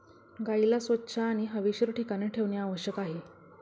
गाईला स्वच्छ आणि हवेशीर ठिकाणी ठेवणे आवश्यक आहे